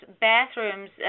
bathrooms